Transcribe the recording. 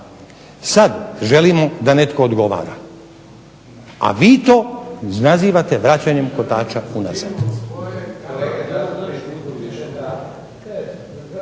Sada želimo da netko odgovara, a vi to zovete vraćanjem kotača unazad.